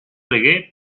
reggae